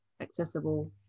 accessible